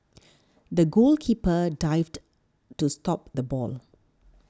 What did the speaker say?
the goalkeeper dived to stop the ball